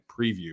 preview